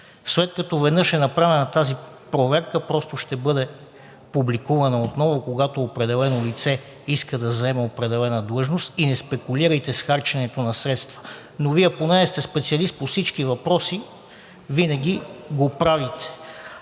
След като веднъж е направена тази проверка, просто ще бъде публикувана отново, когато определено лице иска да заеме определена длъжност. И не спекулирайте с харченето на средства, но Вие понеже сте специалист по всички въпроси, винаги го правите.